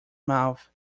mouth